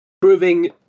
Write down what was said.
proving